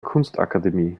kunstakademie